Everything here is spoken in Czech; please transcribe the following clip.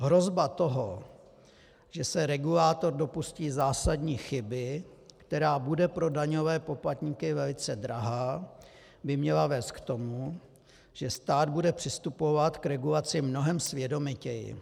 Hrozba toho, že se regulátor dopustí zásadní chyby, která bude pro daňové poplatníky velice drahá, by měla vést k tomu, že stát bude přistupovat k regulaci mnohem svědomitěji.